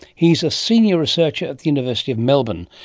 he's a senior researcher at the university of melbourne.